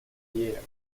year